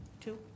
Two